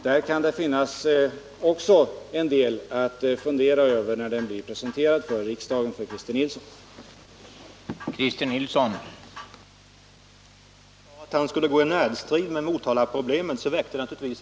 Där kan det finnas en del att ta fasta på när den blir presenterad för riksdagen och därmed också för Christer Nilsson.